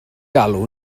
galw